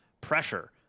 pressure